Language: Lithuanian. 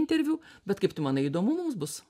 interviu bet kaip tu manai įdomu mums bus